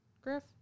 Griff